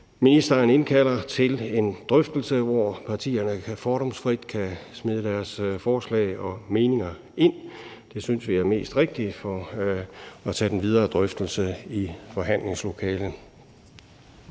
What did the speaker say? ministeren indkalder til en drøftelse, hvor partierne fordomsfrit kan smide deres forslag og meninger ind. Vi synes, det er mest rigtigt at tage den videre drøftelse i forhandlingslokalet.